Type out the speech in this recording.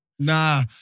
Nah